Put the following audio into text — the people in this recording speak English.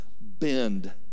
bend